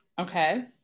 Okay